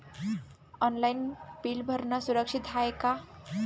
Online bill भरनं सुरक्षित हाय का?